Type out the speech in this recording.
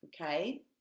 okay